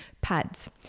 pads